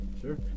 Sure